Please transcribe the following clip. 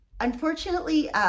unfortunately